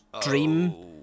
dream